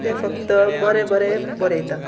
ते फक्त बरें बरें बरयता